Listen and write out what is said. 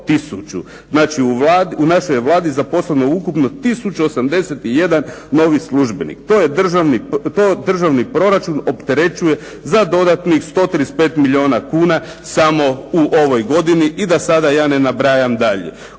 znači u našoj Vladi je zaposleno ukupno 1081 novi službenik, to državni proračun opterećuje za dodatnih 35 milijuna kuna samo u ovoj godini, i da sada ja ne nabrajam dalje.